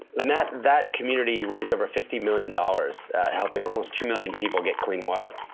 and that that community raised over fifty million dollars helping almost two million people get clean water.